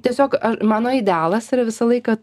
tiesiog mano idealas yra visą laiką